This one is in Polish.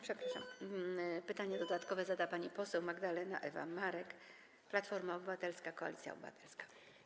Pytanie dodatkowe zada pani poseł Magdalena Ewa Marek, Platforma Obywatelska - Koalicja Obywatelska.